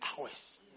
hours